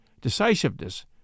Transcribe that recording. decisiveness